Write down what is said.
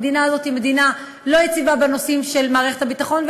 המדינה הזאת היא מדינה לא יציבה בנושאים של מערכת הביטחון.